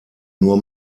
nur